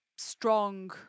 Strong